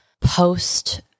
post-